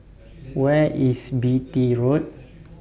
Where IS Beatty Road